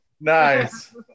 Nice